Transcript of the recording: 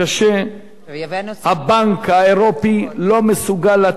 הבנק האירופי לא מסוגל לתת פתרון,